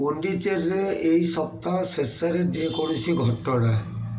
ପଣ୍ଡିଚେରୀରେ ଏହି ସପ୍ତାହ ଶେଷରେ ଯେ କୌଣସି ଘଟଣା